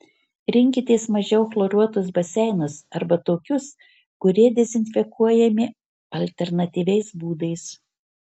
rinkitės mažiau chloruotus baseinus arba tokius kurie dezinfekuojami alternatyviais būdais